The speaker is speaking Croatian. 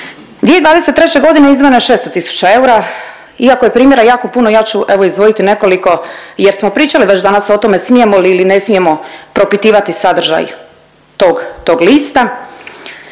2023. godine izdvojeno je 600 tisuća eura, iako je primjera jako puno ja ću evo izdvojiti nekoliko jer smo pričali već danas o tome smijemo li ili ne smijemo propitivati sadržaj tog, tog lista.